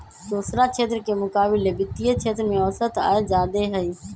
दोसरा क्षेत्र के मुकाबिले वित्तीय क्षेत्र में औसत आय जादे हई